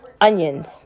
onions